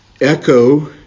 echo